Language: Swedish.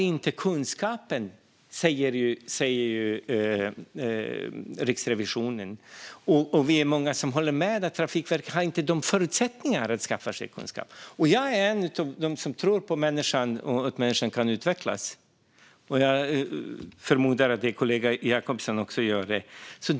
Riksrevisionen säger att Trafikverket inte har kunskapen, och vi är många som håller med om att Trafikverket inte har förutsättningarna att skaffa sig kunskap. Jag är en av dem som tror på att människan kan utvecklas, och jag förmodar att min kollega Jacobsson också gör det.